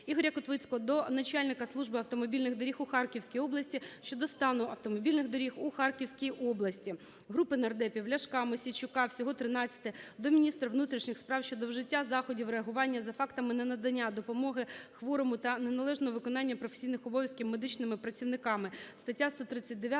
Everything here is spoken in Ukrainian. Ігоря Котвіцького до начальника Служби автомобільних доріг у Харківській області щодо стану автомобільних доріг у Харківській області. Групи нардепів (Ляшка, Мосійчука, всього 13-и) до міністра внутрішніх справ України щодо вжиття заходів реагування за фактами ненадання допомоги хворому та неналежного виконання професійних обов'язків медичними працівниками (стаття 139